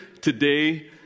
today